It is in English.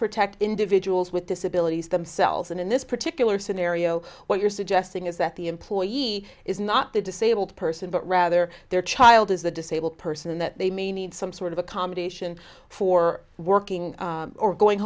protect individuals with disabilities themselves and in this particular scenario what you're suggesting is that the employee is not the disabled person but rather their child is the disabled person and that they may need some sort of accommodation for working or going